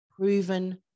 proven